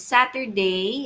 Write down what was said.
Saturday